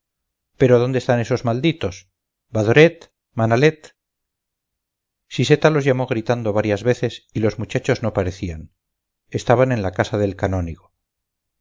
pero dónde están esos malditos badoret manalet siseta los llamó gritando varias veces y los muchachos no parecían estaban en la casa del canónigo